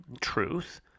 truth